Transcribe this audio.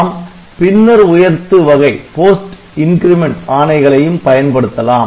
நாம் பின்னர் உயர்த்து வகை ஆணைகளையும் பயன்படுத்தலாம்